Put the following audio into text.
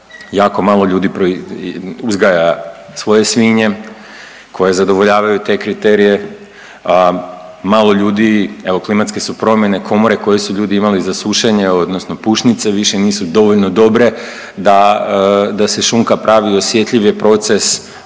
jako malo ljudi uzgaja svoje svinje koje zadovoljavaju te kriterije. Malo ljudi, evo klimatske su promjene, komore koje su ljudi imali za sušenje odnosno pušnice više nisu dovoljno dobre da, da se šunka pravi, osjetljiv je proces,